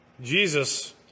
Jesus